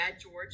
George